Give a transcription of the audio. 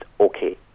okay